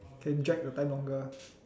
can drag the time longer